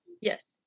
Yes